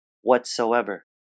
whatsoever